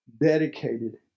dedicated